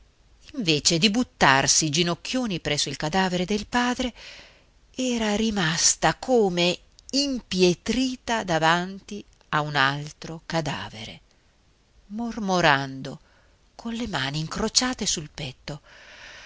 invece di buttarsi ginocchioni presso il cadavere del padre era rimasta come impietrita davanti a un altro cadavere mormorando con le mani incrociate sul petto